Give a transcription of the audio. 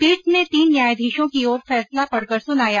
पीठ ने तीन न्यायाधीशों की ओर से फैसला पढ़कर सुनाया